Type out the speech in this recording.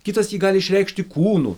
kitas jį gali išreikšti kūnu